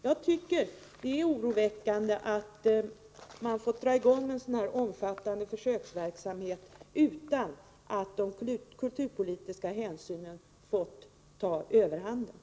Jag tycker det är otillfredsställande att man får dra i gång en sådan omfattande försöksverksamhet utan att låta de kulturpolitiska hänsynen ta överhanden.